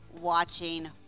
watching